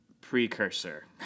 precursor